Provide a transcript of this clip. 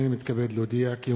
הנני מתכבד להודיעכם,